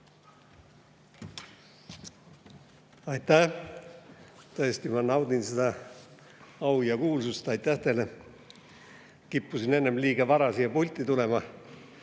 Aitäh! Tõesti, ma naudin seda au ja kuulsust. Aitäh teile! Kippusin enne liiga vara siia pulti tulema,